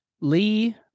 Lee